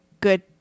good